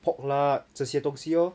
pork lard 这些东西 orh